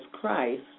Christ